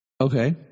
Okay